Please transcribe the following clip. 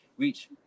reach